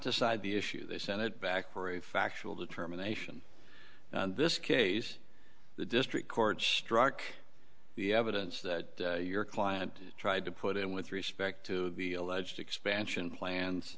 decide the issue they sent it back for a factual determination this case the district court struck the evidence that your client tried to put in with respect to the alleged expansion plans